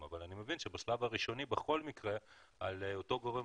אבל אני מבין שבשלב הראשוני בכל מקרה על אותו גורם